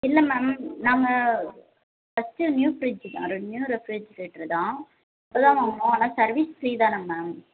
இல்லை மேம் நாங்கள் first new fridge தான் நியூ ரெஃப்ரிஜிரேட்டர் தான் இப்போதான் வாங்கினோம் ஆனால் சர்வீஸ் ஃப்ரீ தானே மேம்